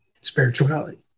spirituality